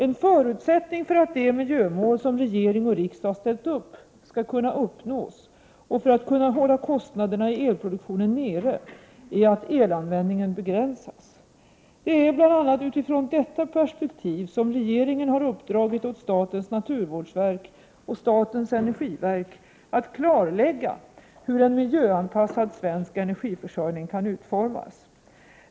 En förutsättning för att de miljömål som regering och riksdag har ställt upp skall kunna uppnås och för att kostnaderna i elproduktionen skall kunna hållas nere måste elanvändningen begränsas. Det är bl.a. utifrån detta perspektiv som regeringen har uppdragit åt statens naturvårdsverk och statens energiverk att klarlägga hur en miljöanpassad svensk energiförsörjning kan utformas.